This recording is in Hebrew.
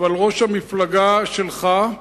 אבל ראש המפלגה שלך,